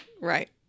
right